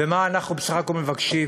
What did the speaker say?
ומה אנחנו בסך הכול מבקשים?